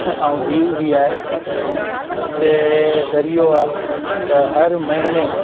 ऐं दीयू बि आहे जिते दरियो आहे त हर महिने